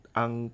ang